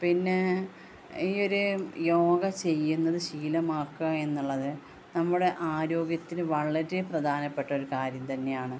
പിന്നെ ഈയൊരു യോഗ ചെയ്യുന്നത് ശീലമാക്കുക എന്നുള്ളത് നമ്മുടെ ആരോഗ്യത്തിന് വളരെ പ്രധാനപ്പെട്ട ഒരു കാര്യം തന്നെയാണ്